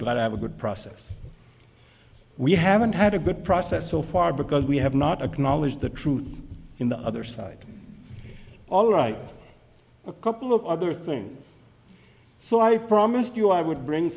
to have a good process we haven't had a good process so far because we have not a good knowledge the truth in the other side all right a couple of other things so i promised you i would bring